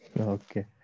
Okay